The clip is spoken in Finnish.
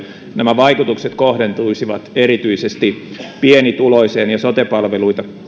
nämä vaikutukset kohdentuisivat erityisesti pienituloiseen ja sote palveluita